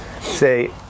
say